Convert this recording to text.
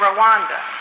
Rwanda